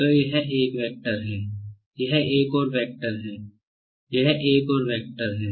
तो यह एक वेक्टर है यह एक और वेक्टर है यह एक और वेक्टर है